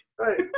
Right